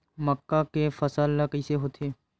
मक्का के फसल कइसे होथे?